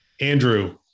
Andrew